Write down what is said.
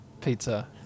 Pizza